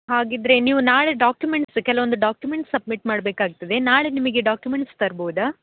ಹಾಗಿದ್ದರೆ ನೀವು ನಾಳೆ ಡಾಕ್ಯುಮೆಂಟ್ಸ್ ಕೆಲವೊಂದು ಡಾಕ್ಯುಮೆಂಟ್ಸ್ ಸಬ್ಮಿಟ್ ಮಾಡಬೇಕಾಗ್ತದೆ ನಾಳೆ ನಿಮಗೆ ಡಾಕ್ಯುಮೆಂಟ್ಸ್ ತರ್ಬೌದಾ